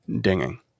dinging